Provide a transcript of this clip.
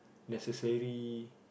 necessarily